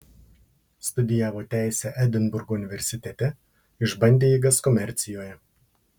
studijavo teisę edinburgo universitete išbandė jėgas komercijoje